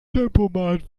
tempomat